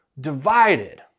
divided